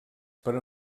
per